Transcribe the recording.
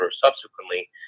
subsequently